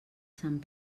sant